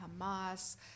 Hamas